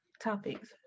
topics